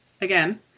again